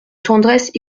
tendresse